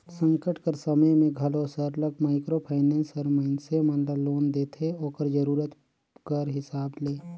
संकट कर समे में घलो सरलग माइक्रो फाइनेंस हर मइनसे मन ल लोन देथे ओकर जरूरत कर हिसाब ले